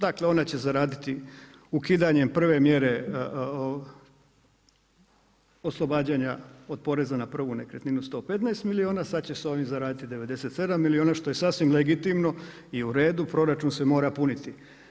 Dakle ona će zaraditi ukidanjem prve mjere oslobađanja od poreza na prvu nekretninu 115 milijuna, sada će s ovim zaraditi 97 milijuna što je sasvim legitimno i uredu, proračun se mora puniti.